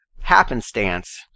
Happenstance